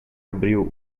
abril